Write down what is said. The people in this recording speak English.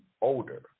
older